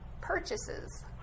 purchases